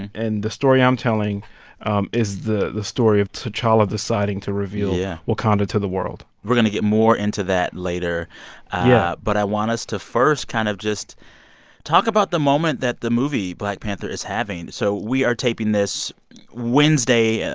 and the story i'm telling um is the the story of t'challa deciding to reveal. yeah. wakanda to the world we're going to get more into that later yeah but i want us to, first, kind of just talk about the moment that the movie black panther is having. so we are taping this wednesday,